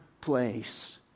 place